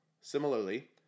Similarly